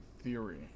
Theory